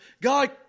God